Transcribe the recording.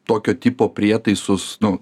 tokio tipo prietaisus nu